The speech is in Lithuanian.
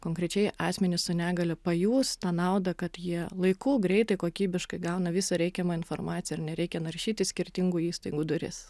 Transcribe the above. konkrečiai asmenys su negalia pajus tą naudą kad jie laiku greitai kokybiškai gauna visą reikiamą informaciją ir nereikia naršyti skirtingų įstaigų duris